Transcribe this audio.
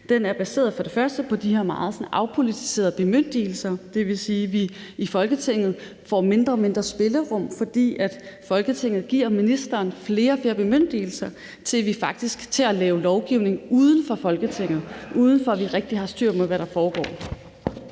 første baseret på de her meget sådan afpolitiserede bemyndigelser, og det vil sige, at vi i Folketinget får mindre og mindre spillerum, fordi Folketinget giver ministeren flere og flere bemyndigelser til at lave lovgivning uden for Folketinget, uden at vi rigtig har styr på, hvad der foregår.